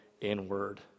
inward